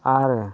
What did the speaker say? आरो